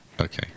Okay